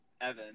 Evan